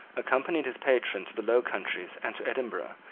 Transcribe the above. accompanied his patron to the low countries and edinburgh,